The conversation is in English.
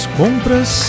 compras